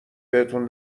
بهتون